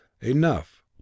enough